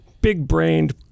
big-brained